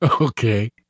Okay